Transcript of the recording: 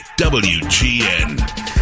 WGN